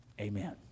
Amen